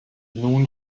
nun